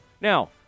Now